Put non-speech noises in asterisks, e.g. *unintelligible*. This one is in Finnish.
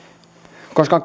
koska *unintelligible*